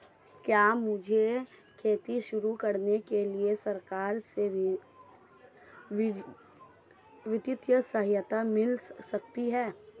क्या मुझे खेती शुरू करने के लिए सरकार से वित्तीय सहायता मिल सकती है?